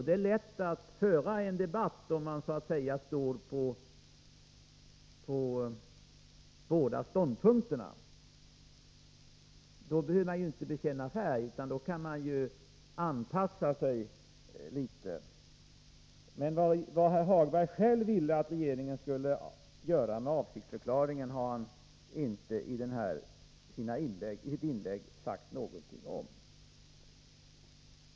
Det är lätt att föra en debatt om man så att säga står på båda ståndpunkterna. Då behöver man ju inte bekänna färg utan kan anpassa sig litet. Men vad herr. Hagberg själv ville att regeringen skulle göra med avsiktsförklaringen har han inte sagt någonting om i sitt inlägg.